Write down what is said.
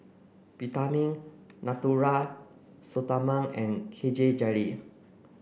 Peptamen Natura Stoma and K J Jelly